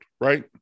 right